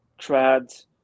trad